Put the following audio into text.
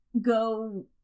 go